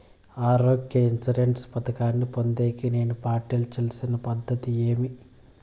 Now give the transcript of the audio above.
ఆరోగ్య ఇన్సూరెన్సు పథకాన్ని పొందేకి నేను పాటించాల్సిన పద్ధతి ఏమి?